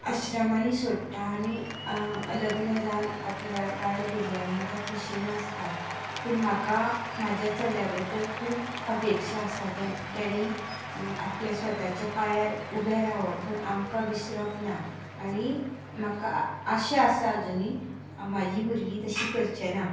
आश्र्मांनी सोडटा आनी लग्न जावन आपल्या बायल भुरग्यां वांगडा खोशयेन आसता पूण म्हाका म्हाज्या चल्या बद्दल खूब अपेक्षा आसा तेणीं आपल्या स्वताच्या पांयार उबें रावप पूण आमकां विसरप ना आनी म्हाका आशा आसा आजूनूय म्हाजीं भुरगीं तशीं करचें ना